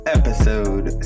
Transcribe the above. episode